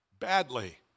Badly